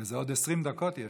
לצערי הרב, למעט,